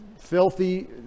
filthy